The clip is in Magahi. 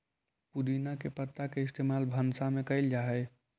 पुदीना के पत्ता के इस्तेमाल भंसा में कएल जा हई